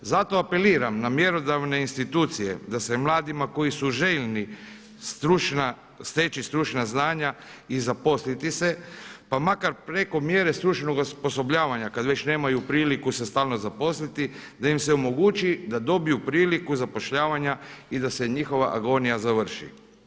Zato apeliram na mjerodavne institucije da se mladima koji su željni stručna, steći stručna znanja i zaposliti se pa makar preko mjere stručnog osposobljavanja kad već nemaju priliku se stalno zaposliti da im se omogući da dobiju priliku zapošljavanja i da se njihova agonija završi.